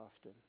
often